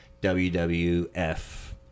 WWF